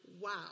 wow